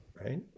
right